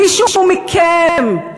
מישהו מכם,